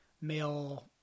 male